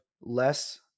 less